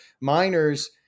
miners